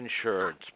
insurance